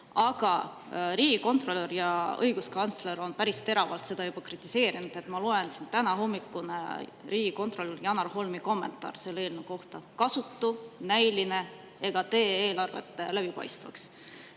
Aga riigikontrolör ja õiguskantsler on päris teravalt seda juba kritiseerinud. Ma loen siin, tänahommikune riigikontrolör Janar Holmi kommentaar selle eelnõu kohta: kasutu, näiline ega tee eelarvet läbipaistvaks.Me